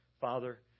Father